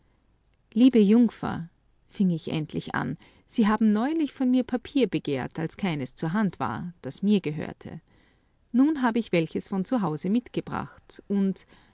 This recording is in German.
liebe jungfer fing ich endlich an sie haben neulich von mir papier begehrt als keines zur hand war das mir gehörte nun habe ich welches von hause mitgebracht und damit